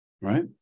right